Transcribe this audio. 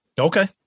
Okay